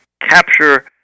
capture